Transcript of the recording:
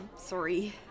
sorry